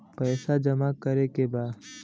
पैसा जमा करे के बा?